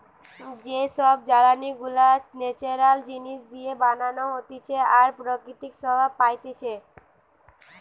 যে সব জ্বালানি গুলা ন্যাচারাল জিনিস দিয়ে বানানো হতিছে আর প্রকৃতি প্রভাব পাইতিছে